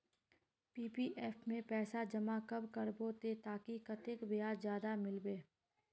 PPF में पैसा जमा कब करबो ते ताकि कतेक ब्याज ज्यादा मिलबे?